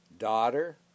Daughter